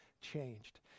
changed